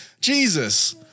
Jesus